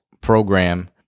program